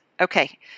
Okay